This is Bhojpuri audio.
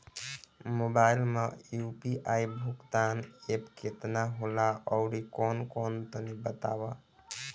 मोबाइल म यू.पी.आई भुगतान एप केतना होला आउरकौन कौन तनि बतावा?